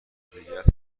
مدیریت